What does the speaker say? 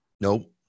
nope